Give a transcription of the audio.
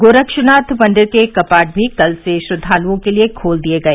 गोरक्षनाथ मंदिर के कपाट भी कल से श्रद्वालुओं के लिए खोल दिए गए